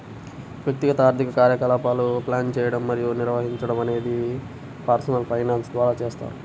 వ్యక్తిగత ఆర్థిక కార్యకలాపాలను ప్లాన్ చేయడం మరియు నిర్వహించడం అనేది పర్సనల్ ఫైనాన్స్ ద్వారా చేస్తారు